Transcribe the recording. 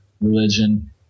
religion